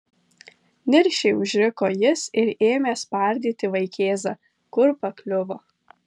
niršiai užriko jis ir ėmė spardyti vaikėzą kur pakliuvo